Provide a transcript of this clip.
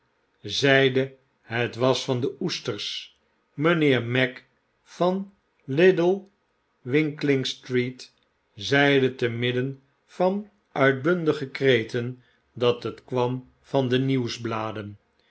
zeide het was van de oesters mynheer magg van little winkling street zeide te midden van uitbundigekreten dathetkwam van de